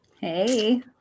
Hey